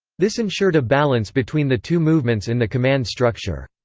this ensured a balance between the two movements in the command structure.